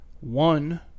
one